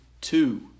two